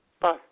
Bye